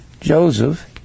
Joseph